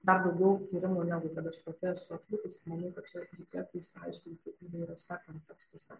dar daugiau tyrimų negu kad aš pati esu atlikusi tai manau kad čia reikįtų išsiaiškinti įvairiuose kontekstuose